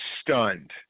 stunned